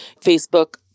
Facebook